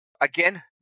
again